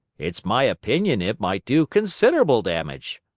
it's my opinion it might do considerable damage.